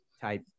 type